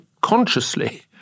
consciously